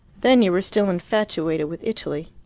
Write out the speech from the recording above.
then you were still infatuated with italy.